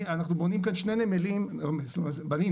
אנחנו בונים כאן שני נמלים בנינו,